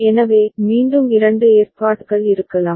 எனவே மீண்டும் இரண்டு ஏற்பாடுகள் இருக்கலாம்